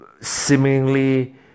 seemingly